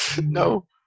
no